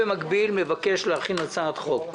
במקביל אני מבקש להכין הצעת חוק.